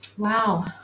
Wow